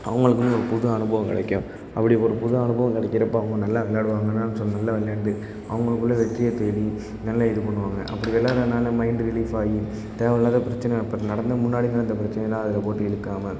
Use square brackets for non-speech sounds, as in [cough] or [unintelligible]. அவங்களுக்குன்னு ஒரு புது அனுபவம் கிடைக்கும் அப்படி ஒரு புது அனுபவம் கிடைக்குறப்ப அவங்க நல்லா விள்ளாடுவாங்கன்னு [unintelligible] நல்லா விளையாண்டு அவங்களுக்குள்ள வெற்றியைத் தேடி நல்லா இதுப் பண்ணுவாங்க அப்படி விளையாட்றனால மைண்டு ரிலீஃப் ஆகி தேவையில்லாத பிரச்சனை அப்ப நடந்து முன்னாடி நடந்த பிரச்சனை எல்லாம் அதில்ப் போட்டு இழுக்காம